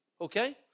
Okay